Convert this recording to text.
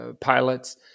pilots